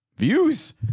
Views